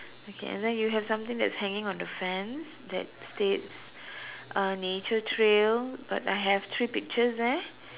okay and then you have something that is hanging on the fence that states uh nature trail but I have three pictures there